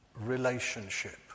relationship